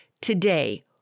today